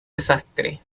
desastre